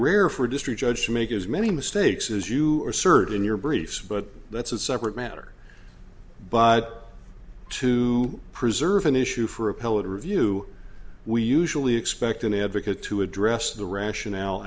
rare for a district judge to make as many mistakes as you are certain your briefs but that's a separate matter but to preserve an issue for appellate review we usually expect an advocate to address the rationale